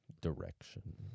direction